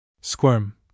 Squirm